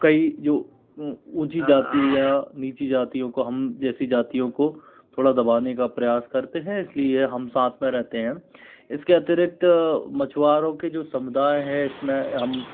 कई जो ऊँची जाती या नीची जातियों को हम जैसी जातियों को थोडा दबाने का प्रयास करते है इस लिए हम साथ में रहते हैं इसके अतिरिक्त मछुवारों के जो समुदाय है इस में हम